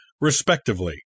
respectively